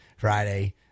friday